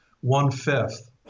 one-fifth